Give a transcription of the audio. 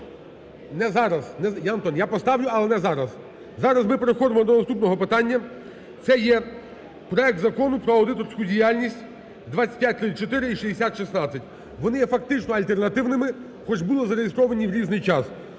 Не зараз. Я поставлю, але не зараз. Зараз ми переходимо до наступного питання. Це є проект Закону про аудиторську діяльність (2534 і 6016). Вони є фактично альтернативними, хоч були зареєстровані в різний час.